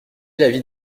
l’avis